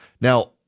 Now